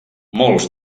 molts